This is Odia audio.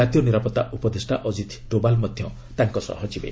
ଜାତୀୟ ନିରାପତ୍ତା ଉପଦେଷ୍ଟା ଅଜିତ ଡୋବାଲ୍ ମଧ୍ୟ ତାଙ୍କ ସହ ଯିବେ